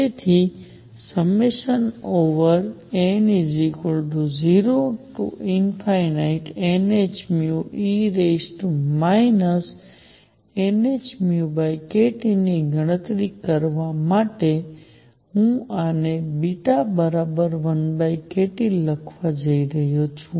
તેથી n0nhνe nhνkT ની ગણતરી કરવા માટે હું આને β1kT લખવા જઈ રહ્યો છું